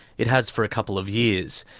it has for a couple of years.